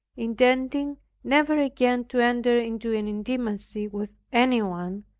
intending never again to enter into an intimacy with anyone,